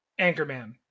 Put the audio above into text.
Anchorman